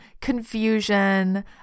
confusion